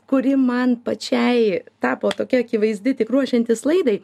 kuri man pačiai tapo tokia akivaizdi tik ruošiantis laidai